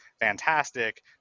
fantastic